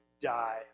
die